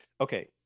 Okay